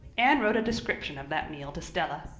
anne wrote a description of that meal to stella.